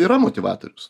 yra motyvatorius